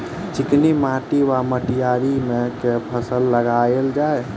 चिकनी माटि वा मटीयारी मे केँ फसल लगाएल जाए?